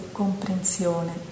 comprensione